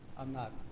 i'm not,